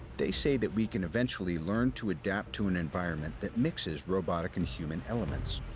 they say that we can eventually learn to adapt to an environment that mixes robotic and human elements,